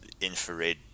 infrared